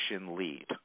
lead